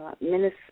Minister